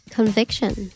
Conviction